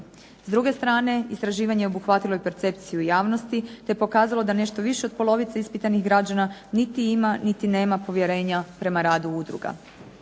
S druge strane, istraživanje je obuhvatilo i percepciju javnosti te je pokazalo da nešto više od polovice ispitanih građana niti ima niti nema povjerenja prema radu udruga.